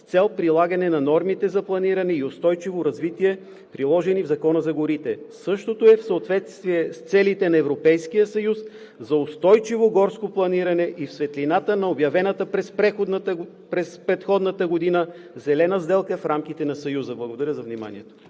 с цел прилагане на нормите за планиране и устойчиво развитие, приложени в Закона за горите. Същото е в съответствие с целите на Европейския съюз за устойчиво горско планиране и в светлината на обявената през предходната година Зелена сделка в рамките на Съюза.“ Благодаря за вниманието.